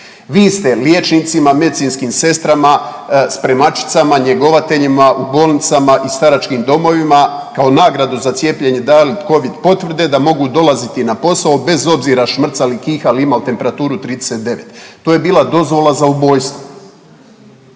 Vi ste liječnicima, medicinskim sestrama, spremačicama, njegovateljima u bolnicama i staračkim domovima kao nagradu za cijepljene dali covid potvrde da mogu dolaziti na posao bez obzira šmrcali, kihao ili imao temperaturu 39. To je bila dozvola za ubojstvo.